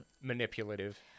Manipulative